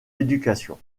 éducation